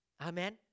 Amen